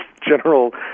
general